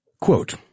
Quote –